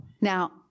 Now